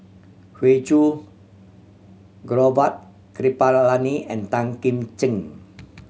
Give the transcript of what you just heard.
Hoey Choo Gaurav Kripalani and Tan Kim Ching